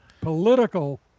Political